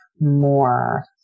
more